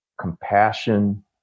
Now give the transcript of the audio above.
compassion